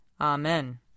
Amen